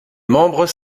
membres